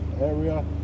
area